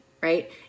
right